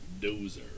Dozer